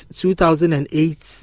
2008